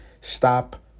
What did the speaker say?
Stop